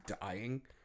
dying